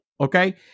Okay